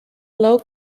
low